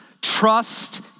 Trust